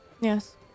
Yes